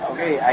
Okay